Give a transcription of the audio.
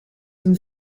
een